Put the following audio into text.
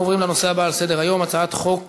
אנחנו עוברים לנושא הבא על סדר-היום, הצעת חוק